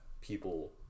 people